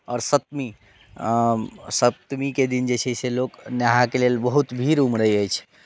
आओर सप्तमी सप्तमीके दिन जे छै से लोक नहायके लेल बहुत भीड़ उमरैत अछि